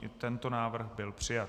I tento návrh byl přijat.